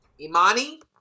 Imani